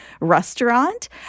restaurant